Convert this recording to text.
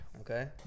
Okay